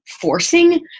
forcing